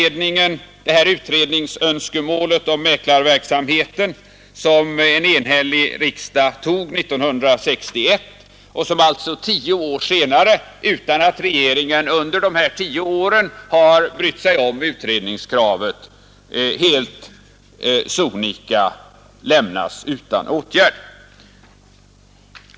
Jag syftar på utredningsönskemålet om mäklarverksamheten, från en enhällig riksdag 1961 som regeringen under de gångna tio åren inte har brytt sig om utan som nu helt sonika har lämnats utan åtgärd.